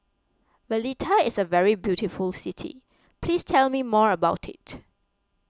Valletta is a very beautiful city please tell me more about it